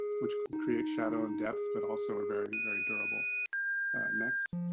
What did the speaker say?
which will create shadow in depth, but also a very, very durable next